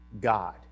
God